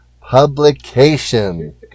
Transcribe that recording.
publication